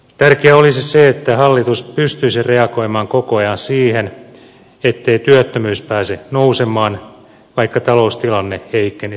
tärkeää olisi se että hallitus pystyisi reagoimaan koko ajan siihen ettei työttömyys pääse nousemaan vaikka taloustilanne heikkenisikin